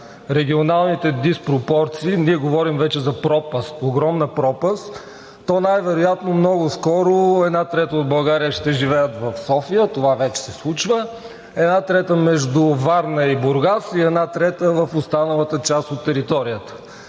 регионалните диспропорции, ние говорим вече за пропаст, огромна пропаст, то най-вероятно много скоро една трета от България ще живеят в София – това вече се случа, една трета между Варна и Бургас и една трета в останалата част от територията.